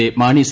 A Mani C